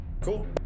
Cool